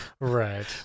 Right